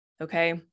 okay